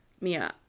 Mia